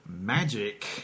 magic